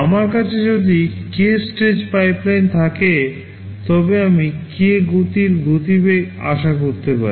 আমার কাছে যদি K স্টেজ পাইপলাইন থাকে তবে আমি কে গতির গতিবেগ আশা করতে পারি